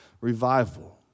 revival